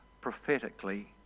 prophetically